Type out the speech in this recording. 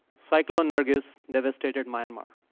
cyclone nargis devastated myanmar.